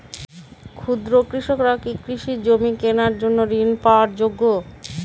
ক্ষুদ্র কৃষকরা কি কৃষি জমি কেনার জন্য ঋণ পাওয়ার যোগ্য?